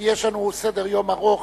כי יש לנו סדר-יום ארוך,